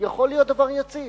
יכול להיות דבר יציב.